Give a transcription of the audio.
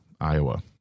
Iowa